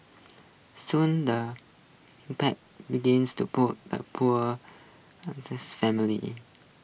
soon the pack begans to poor A poor family